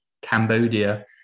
Cambodia